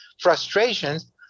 frustrations